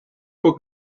book